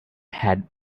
had